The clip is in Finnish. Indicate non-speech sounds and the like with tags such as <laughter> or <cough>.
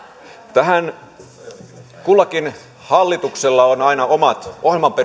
tähän kullakin hallituksella on aina omat ohjelmansa <unintelligible>